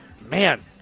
man